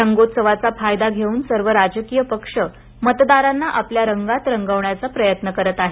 रंगोत्सवाचा फायदा घेऊन सर्व राजकीय पक्ष मतदारांना आपल्या रंगात रंगवण्याचा प्रयत्न करत आहेत